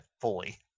fully